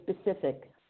specific